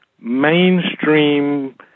mainstream